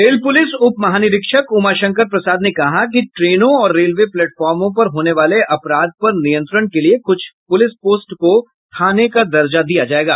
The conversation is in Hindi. रेल पूलिस उपमहानिरीक्षक उमाशंकर प्रसाद ने कहा कि ट्रेनों और रेलवे प्लेटफार्मों पर होने वाले अपराध पर नियंत्रण के लिए कुछ पुलिस पोस्ट को थाने का दर्जा दिया जाएगा